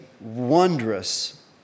wondrous